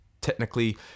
technically